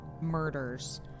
murders